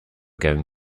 going